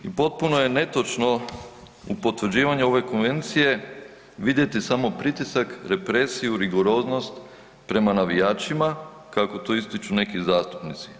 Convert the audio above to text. I potpuno je netočno u potvrđivanju ove konvencije vidjeti samo pritisak, represiju, rigoroznost prema navijačima, kako ti ističu neki zastupnici.